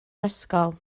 ysgol